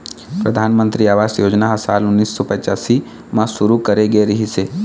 परधानमंतरी आवास योजना ह साल उन्नीस सौ पच्चाइस म शुरू करे गे रिहिस हे